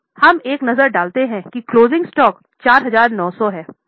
अब हम एक नजर डालते हैं कि क्लोजिंग स्टॉक 4900 है